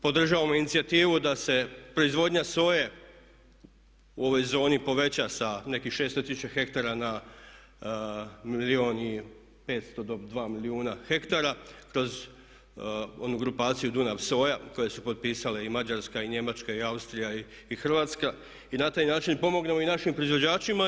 Podržavamo inicijativu da se proizvodnja soje u ovoj zoni poveća sa nekih 600 tisuća hektara na milijun i 500 do dva milijuna hektara kroz onu grupaciju Dunav soja koje su potpisale i Mađarska i Njemačka i Austrija i Hrvatska i na taj način pomognemo i našim proizvođačima.